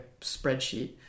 spreadsheet